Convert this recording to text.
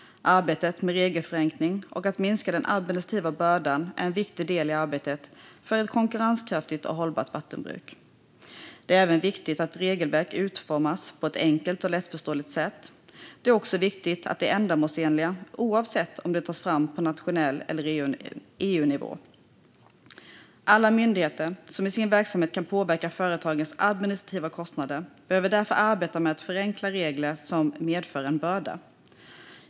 Arbetet med regelförenkling och med att minska den administrativa bördan är en viktig del i arbetet för ett konkurrenskraftigt och hållbart vattenbruk. Det är även viktigt att regelverk utformas på ett enkelt och lättförståeligt sätt. Det är också viktigt att de är ändamålsenliga, oavsett om de tas fram på nationell nivå eller EU-nivå. Alla myndigheter som i sin verksamhet kan påverka företagens administrativa kostnader behöver därför arbeta med att förenkla regler som medför en börda.